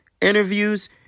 interviews